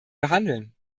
behandeln